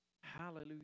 Hallelujah